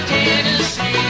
Tennessee